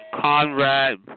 Conrad